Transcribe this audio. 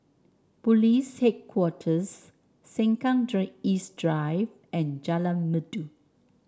Police Headquarters Sengkang East Drive and Jalan Merdu